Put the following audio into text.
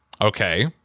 Okay